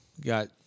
got